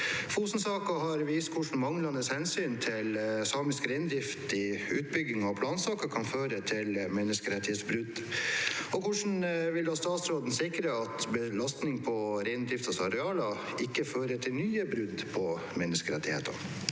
Fosen-saken har vist hvordan manglende hensyn til samisk reindrift i utbygginger og plansaker kan føre til menneskerettighetsbrudd. Hvordan vil statsråden sikre at belastning på reindriftens arealer ikke fører til nye brudd på menneskerettighetene?»